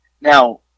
Now